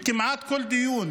וכמעט בכל דיון